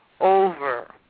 over